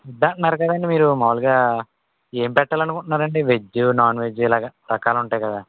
దాన్ని అడగాలండి మీరు మామూలుగా ఏం పెట్టాలనుకుంటున్నారండి వెజ్జు నాన్ వెజ్జు ఇలాగా రకాలుంటాయి కదా